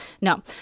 No